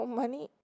money